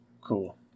cool